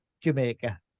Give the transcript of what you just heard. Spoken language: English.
Jamaica